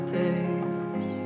days